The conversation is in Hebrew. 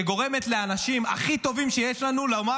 שגורמת לאנשים הכי טובים שיש לנו לומר